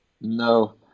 No